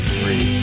free